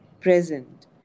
present